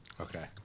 Okay